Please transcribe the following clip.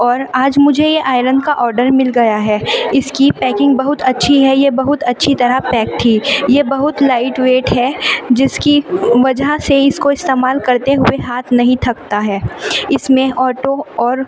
اور آج مجھے یہ آئرن کا یہ آڈر مل گیا ہے اس کی پیکنگ بہت اچھی ہے یہ بہت اچھی طرح پیک تھی یہ بہت لائٹ ویٹ ہے جس کی وجہ سے اس کو استعمال کرتے ہوئے ہاتھ نہیں تھکتا ہے اس میں آٹو اور